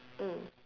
mm